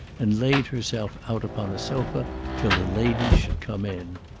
and laid herself out upon a sofa till the ladies should come in.